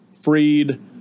freed